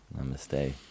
Namaste